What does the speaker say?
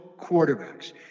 quarterbacks